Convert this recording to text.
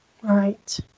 Right